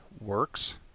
works